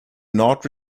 not